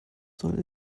soll